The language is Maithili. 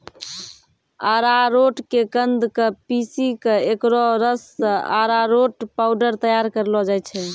अरारोट के कंद क पीसी क एकरो रस सॅ अरारोट पाउडर तैयार करलो जाय छै